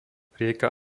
rieka